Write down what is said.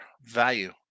value